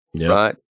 right